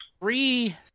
three